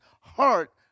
heart